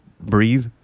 breathe